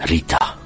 Rita